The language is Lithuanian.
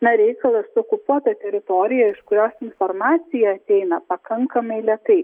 na reikalą su okupuota teritorija iš kurios informacija ateina pakankamai lėtai